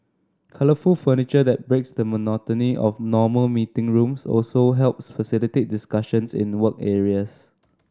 colourful furniture that breaks the monotony of normal meeting rooms also helps facilitate discussions in work areas